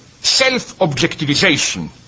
self-objectivization